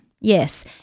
Yes